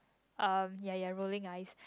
um ya you are rolling eyes